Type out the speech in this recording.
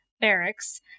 barracks